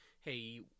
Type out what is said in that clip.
hey